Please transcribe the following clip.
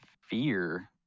fear